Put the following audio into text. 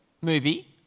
movie